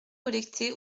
collectées